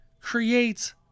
creates